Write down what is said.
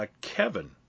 Kevin